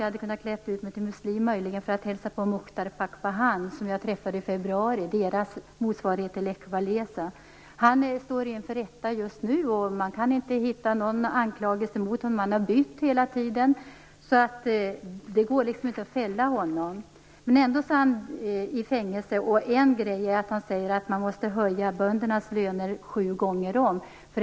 Möjligen hade jag kunnat klä ut mig till muslim för att hälsa på Muchtar Pakpahnan, som jag träffade i februari. Han är Jakartas motsvarighet till Lech Walesa. Han står inför rätta just nu. Man kan inte finna någon anklagelse mot honom, så det går inte att få honom fälld. Men ändå sitter han i fängelse. Han säger att man måste höja böndernas löner sjufaldigt.